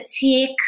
take